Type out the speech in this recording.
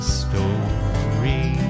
story